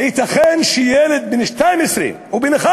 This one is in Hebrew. הייתכן שילד בן 12 או בן 11